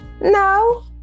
No